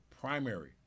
primary